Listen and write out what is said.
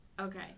Okay